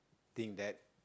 thing that